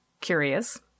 curious